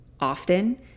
often